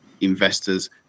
investors